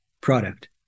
product